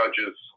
judges